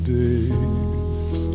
days